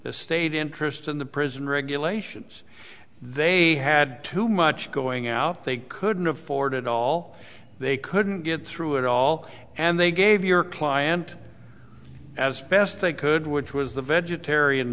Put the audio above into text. the state interest in the prison regulations they had too much going out they couldn't afford it all they couldn't get through it all and they gave your client as best they could which was the vegetarian